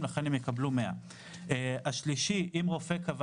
לכן הם יקבלו 100%. המקרה השלישי הוא אם רופא קבע